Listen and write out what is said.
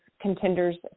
contenders